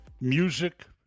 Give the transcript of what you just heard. music